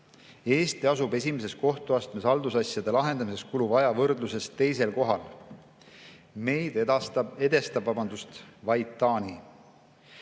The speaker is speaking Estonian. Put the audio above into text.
Eesti asub esimeses kohtuastmes haldusasjade lahendamiseks kuluva aja võrdluses teisel kohal. Meid edestab vaid Taani.